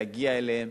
להגיע אליהם,